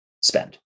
spend